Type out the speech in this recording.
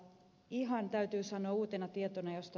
ihan uutena asiana josta ed